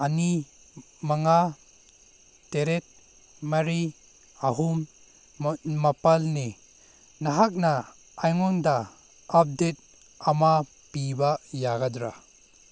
ꯑꯅꯤ ꯃꯉꯥ ꯇꯔꯦꯠ ꯃꯔꯤ ꯑꯍꯨꯝ ꯃꯥꯄꯜꯅꯤ ꯅꯍꯥꯛꯅ ꯑꯩꯉꯣꯟꯗ ꯑꯞꯗꯦꯠ ꯑꯃ ꯄꯤꯕ ꯌꯥꯒꯗ꯭ꯔꯥ